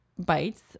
bites